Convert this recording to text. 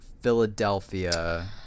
Philadelphia